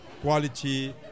quality